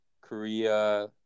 Korea